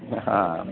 हा